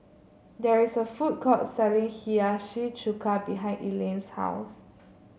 there is a food court selling Hiyashi Chuka behind Elaine's house